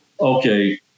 Okay